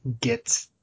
get